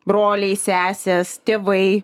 broliai sesės tėvai